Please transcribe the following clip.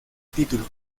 título